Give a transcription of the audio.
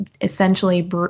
essentially